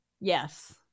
Yes